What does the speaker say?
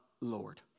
Lord